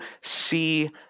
see